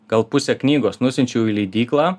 gal pusę knygos nusiunčiau į leidyklą